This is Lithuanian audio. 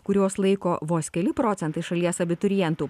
kuriuos laiko vos keli procentai šalies abiturientų